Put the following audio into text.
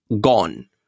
gone